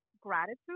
gratitude